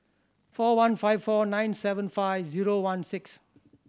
four one five four nine seven five zero one six